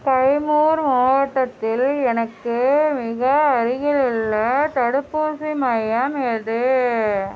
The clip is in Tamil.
கைமூர் மாவட்டத்தில் எனக்கு மிக அருகிலுள்ள தடுப்பூசி மையம் எது